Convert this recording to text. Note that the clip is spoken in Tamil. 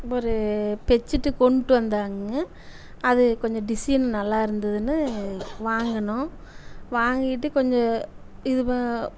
ஒரு பெட்ஷீட்டு கொண்டு வந்தாங்க அது கொஞ்சம் டிசைன் நல்லாயிருந்துதுன்னு வாங்கினோம் வாங்கிட்டு கொஞ்சம் இது ப